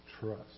trust